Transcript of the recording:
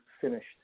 finished